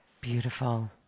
Beautiful